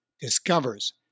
discovers